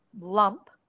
lump